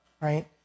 right